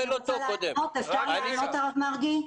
--- אפשר לענות, הרב מרגי?